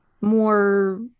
more